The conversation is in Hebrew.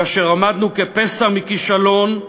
כאשר עמדנו כפסע מכישלון,